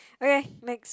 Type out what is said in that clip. okay next